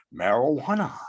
marijuana